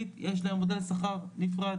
כי הם מעדיפים את הפרטי בגלל שהפער הוא מאוד גדול.